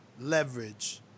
leverage